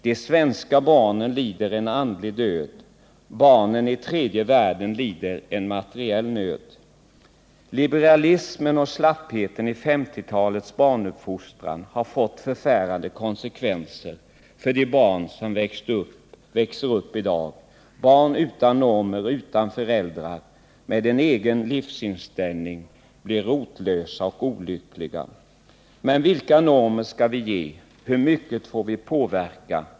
De svenska barnen lider en andlig död. Barnen i tredje världen lider en materiell nöd. Liberalismen och slappheten i 50-talets barnuppfostran har fått förfärande konsekvenser för de barn som växer upp i dag. Barn utan normer, utan föräldrar med en egen livsinställning blir rotlösa och olyckliga. Men vilka normer ska vi ge? Hur mycket får vi påverka?